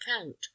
account